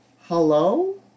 Hello